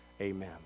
amen